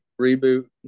reboot